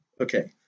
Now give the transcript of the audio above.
Okay